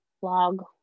blog